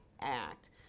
act